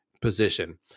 position